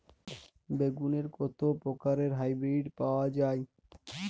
বেগুনের কত প্রকারের হাইব্রীড পাওয়া যায়?